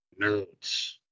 Nerds